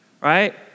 right